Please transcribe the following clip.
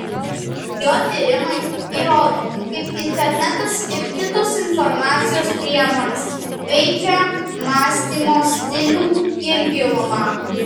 jo tyrimai įrodo kaip internetas ir kitos informacijos priemonės veikią mąstymo stilių ir gilumą